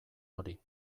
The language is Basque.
hori